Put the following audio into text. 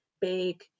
big